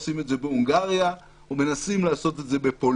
עושים את זה בהונגריה ומנסים לעשות את זה בפולין.